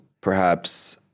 perhaps-